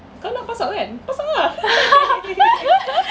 kau nak pass out kan pass out lah